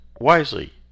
wisely